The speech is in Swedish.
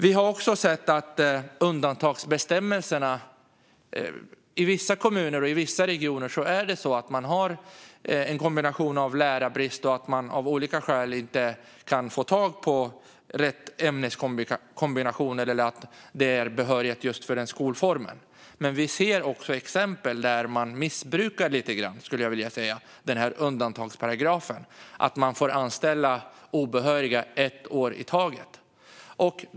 I vissa kommuner och regioner har man en kombination av lärarbrist och av att man av olika skäl inte kan få tag på rätt ämneskombinationer eller rätt behörighet för aktuell skolform. Men vi ser också exempel där man lite grann missbrukar undantagsparagrafen, det vill säga att man får anställa obehöriga på ett år i taget.